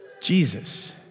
Jesus